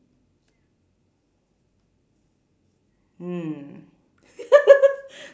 hmm